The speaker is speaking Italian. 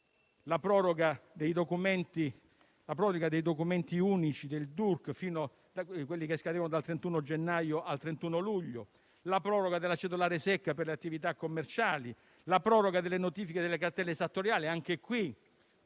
la proroga dei documenti unici del DURC (quelli che scadevano il 31 gennaio sono stati prorogati al 31 luglio); la proroga della cedolare secca per le attività commerciali; la proroga delle notifiche delle cartelle esattoriali.